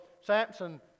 Samson